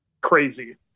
crazy